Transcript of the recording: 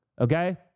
Okay